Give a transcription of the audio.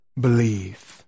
believe